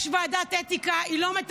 יש ועדת אתיקה, אומנם היא לא מתפקדת,